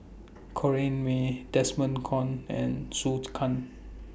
Corrinne May Desmond Kon and Zhou Can